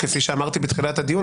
כפי שאמרתי בתחילת הדיון,